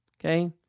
Okay